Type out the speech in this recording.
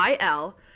il